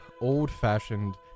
old-fashioned